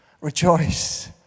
rejoice